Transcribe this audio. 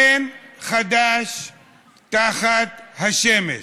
אין חדש תחת השמש.